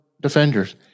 defenders